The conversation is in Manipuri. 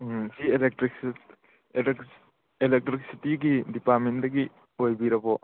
ꯁꯤ ꯑꯦꯂꯦꯛꯇ꯭ꯔꯤꯛꯁꯤꯇꯤꯒꯤ ꯗꯤꯄꯥꯔꯠꯃꯦꯟꯗꯒꯤ ꯑꯣꯏꯕꯤꯔꯕꯣ